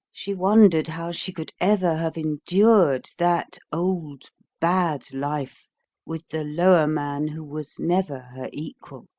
she wondered how she could ever have endured that old bad life with the lower man who was never her equal,